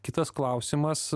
kitas klausimas